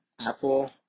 Apple